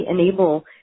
enable